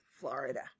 Florida